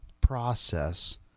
process